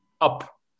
up